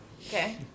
okay